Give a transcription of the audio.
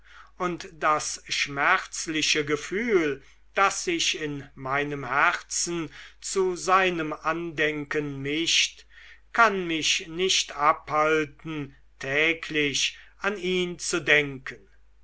und das schmerzliche gefühl das sich in meinem herzen zu seinem andenken mischt kann mich nicht abhalten täglich an ihn zu denken